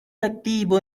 activo